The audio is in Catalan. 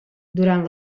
durant